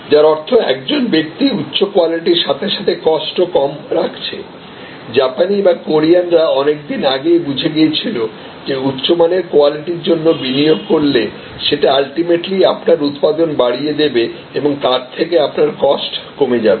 যার অর্থ একজন ব্যক্তি উচ্চ কোয়ালিটির সাথে সাথে কস্ট ও কম রাখছে জাপানি বা কোরিয়ানরা অনেকদিন আগেই বুঝে গিয়েছিল যে উচ্চমানের কোয়ালিটির জন্য বিনিয়োগ করলে সেটা আলটিমেটলি আপনার উৎপাদন বাড়িয়ে দেবে এবং তার থেকে আপনার কস্ট কমে যাবে